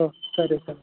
ఒ సరే సార్